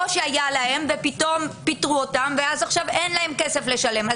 או שהיה להם ופתאום פיטרו אותם ועכשיו אין להם כסף לשלם.